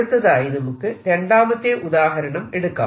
അടുത്തതായി നമുക്ക് രണ്ടാമത്തെ ഉദാഹരണം എടുക്കാം